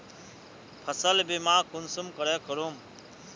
फसल बीमा कुंसम करे करूम?